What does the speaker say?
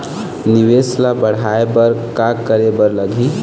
निवेश ला बड़हाए बर का करे बर लगही?